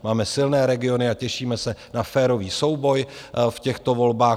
Máme silné regiony a těšíme se na férový souboj v těchto volbách.